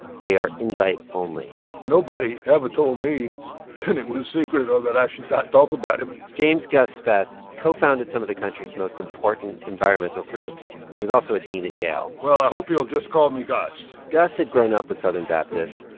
they are invite-only nobody ever told me that it was secret or that i should not talk about it james gus speth co-founded some of the country's most important environmental groups. he was also a dean at yale well, i hope you'll just call me gus gus had grown up with southern baptists.